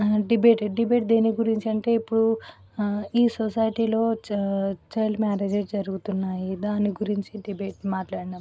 debate debate దేని గురించి అంటే ఇప్పుడు ఈ సొసైటీలో చైల్డ్ మ్యారేజ్ జరుగుతున్నాయి దాని గురించి డిబేట్ మాట్లాడిన